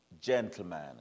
gentleman